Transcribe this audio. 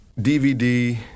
DVD